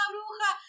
Bruja